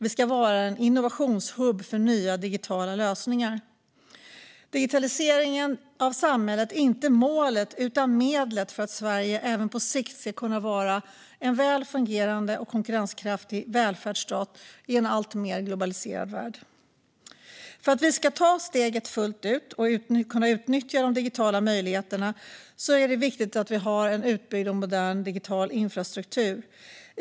Vi ska vara en innovationshubb för nya digitala lösningar. Digitaliseringen av samhället är inte målet utan medlet för att Sverige även på sikt ska kunna vara en väl fungerande och konkurrenskraftig välfärdsstat i en alltmer globaliserad värld. För att vi ska kunna ta steget fullt ut och utnyttja de digitala möjligheterna är det viktigt att vi har en utbyggd och modern digital infrastruktur.